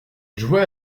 jouait